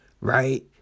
Right